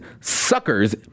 suckers